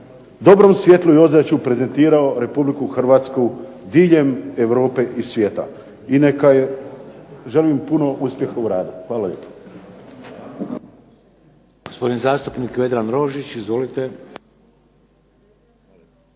dobrom svijetlu i ozračju prezentirao Republiku Hrvatsku diljem Europe i svijeta. I neka, želim uspjeha u radu. Hvala